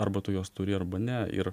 arba tu juos turi arba ne ir